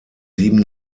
sieben